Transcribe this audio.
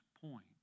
point